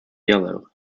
yellow